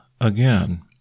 again